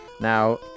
Now